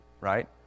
right